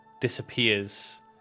disappears